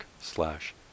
slash